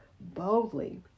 boldly